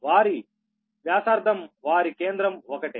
వారి వ్యాసార్థం వారి కేంద్రం ఒకటే